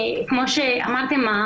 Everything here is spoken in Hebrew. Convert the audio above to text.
כמו שאמרתם,